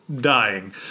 dying